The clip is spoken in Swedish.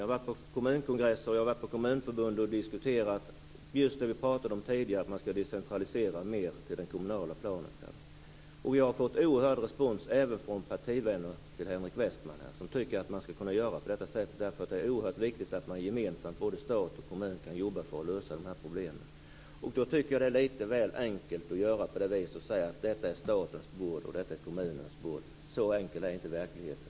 Jag har varit på kommunkongress och jag har varit på Kommunförbundet och diskuterat just det vi pratade om tidigare, att man skall decentralisera mer till det kommunala planet. Jag har fått oerhörd respons även från partivänner till Henrik Westman. De tycker att man skall kunna göra på detta sätt, för det är oerhört viktigt att man gemensamt från både stat och kommun kan jobba för att lösa de här problemen. Då tycker jag att det är lite väl enkelt att säga att detta är statens bord och detta är kommunens bord. Så enkel är inte verkligheten.